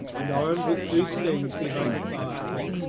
and armed with three stings behind its eyes